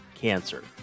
cancer